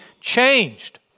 changed